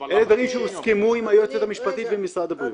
הוסכמו עם היועצת המשפטית ומשרד הבריאות.